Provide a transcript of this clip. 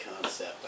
concept